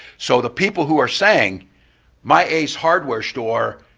so the people who are saying my ace hardware store